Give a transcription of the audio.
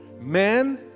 Men